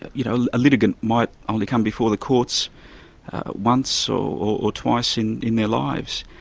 you know a litigant might only come before the courts once so or twice in in their lives,